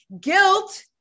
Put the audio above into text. Guilt